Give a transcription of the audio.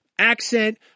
Accent